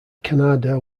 kannada